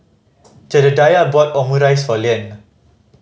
Jedediah bought Omurice for Leanne